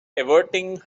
averting